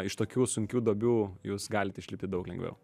iš tokių sunkių duobių jūs galite išlipti daug lengviau